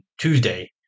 Tuesday